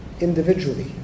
individually